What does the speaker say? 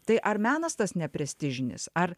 tai ar menas tas neprestižinis ar